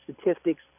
statistics